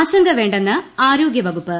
ആശങ്ക വേണ്ടെന്ന് ആരോഗ്യവകുപ്പ്